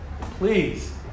Please